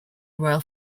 royal